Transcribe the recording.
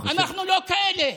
אנחנו לא כאלה.